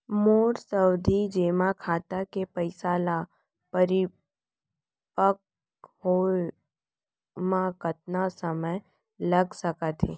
मोर सावधि जेमा खाता के पइसा ल परिपक्व होये म कतना समय लग सकत हे?